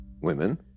women